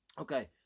Okay